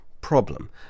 problem